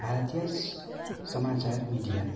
भारतीय समाचार मिडिया